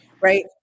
Right